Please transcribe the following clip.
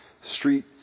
Street